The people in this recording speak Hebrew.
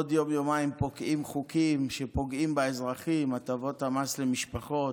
עוד יום-יומיים פוקעים חוקים ופוגעים באזרחים: הטבות מס למשפחות,